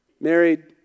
married